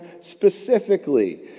specifically